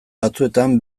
batzuetan